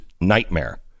nightmare